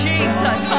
Jesus